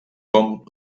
com